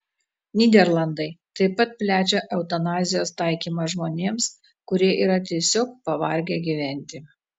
nyderlandai taip pat plečia eutanazijos taikymą žmonėms kurie yra tiesiog pavargę gyventi